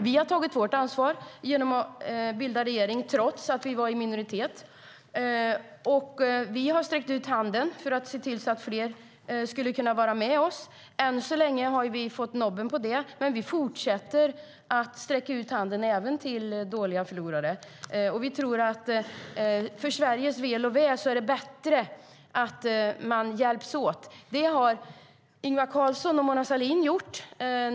Vi har tagit vårt ansvar genom att bilda regering trots att vi var i minoritet. Vi har sträckt ut handen för att se till att fler skulle kunna vara med oss. Än så länge har vi fått nobben, men vi fortsätter att sträcka ut handen även till dåliga förlorare. Vi tror att det för Sveriges väl och ve är bättre att man hjälps åt. Det har Ingvar Carlsson och Mona Sahlin gjort.